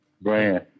Brand